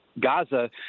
Gaza